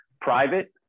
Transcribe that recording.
private